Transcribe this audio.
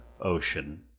ocean